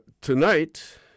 tonight